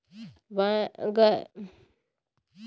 गैर बैंकिंग शाखा चलाए बर कहां ले रजिस्ट्रेशन होथे?